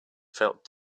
felt